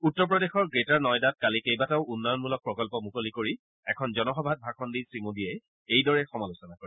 উত্তৰ প্ৰদেশৰ গ্ৰেটাৰ নয়দাত কালি কেইবাটাও উন্নয়নমূলক প্ৰকল্প মুকলি কৰি এখন জনসভাত ভাষণ দি শ্ৰী মোডীয়ে এইদৰে সমালোচনা কৰে